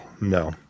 No